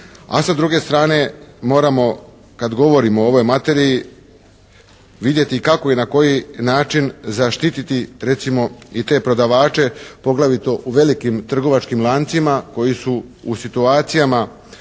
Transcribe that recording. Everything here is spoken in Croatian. a sa druge strane moramo kad govorimo o ovoj materiji vidimo kako i na koji način zaštititi recimo i te prodavače poglavito u velikim trgovačkim lancima koji su u situacijama